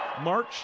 March